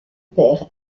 père